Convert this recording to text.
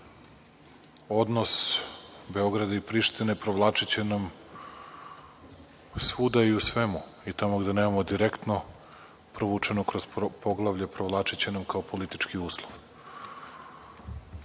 odnos Beograda i Prištine provlačiti svuda i u svemu i tamo gde nemamo direktno provučeno kroz poglavlje, provlačiće nam kao politički uslov.